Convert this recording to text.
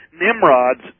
Nimrod's